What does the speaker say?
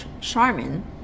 Charmin